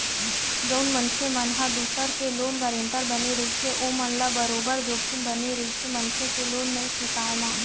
जउन मनखे मन ह दूसर के लोन गारेंटर बने रहिथे ओमन ल बरोबर जोखिम बने रहिथे मनखे के लोन नइ चुकाय म